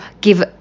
give